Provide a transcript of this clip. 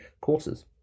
courses